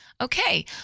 Okay